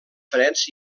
freds